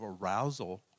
arousal